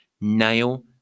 Nail